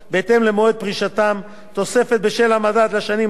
תוספת בשל המדד לשנים 2009 2011,